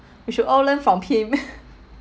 we should all learn from him